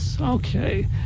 Okay